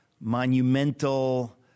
monumental